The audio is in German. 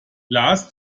lars